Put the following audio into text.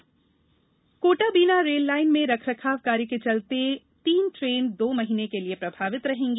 rail कार्य Kota Bina rail line में रखरखाव कार्य के चलते तीन ट्रेने दो महीने के लिए प्रभावित रहेंगी